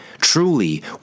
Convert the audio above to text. Truly